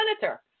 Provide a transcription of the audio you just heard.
senator